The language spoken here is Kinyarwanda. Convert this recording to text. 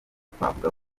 twavuga